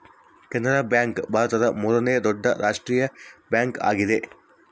Canara bank ಭಾರತದ ಮೂರನೇ ದೊಡ್ಡ ರಾಷ್ಟ್ರೀಯ ಬ್ಯಾಂಕ್ ಆಗಿದೆ